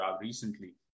recently